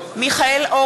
(קוראת בשמות חברי הכנסת) מיכאל אורן,